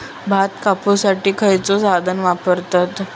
भात कापुसाठी खैयचो साधन वापरतत?